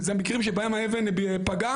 זה מקרים שבהם האבן פגעה,